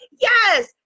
Yes